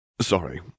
Sorry